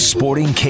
Sporting